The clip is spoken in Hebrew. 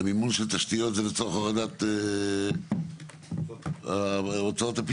המימון של התשתיות זה לצורך הורדת הוצאות הפיתוח.